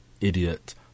idiot